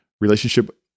relationship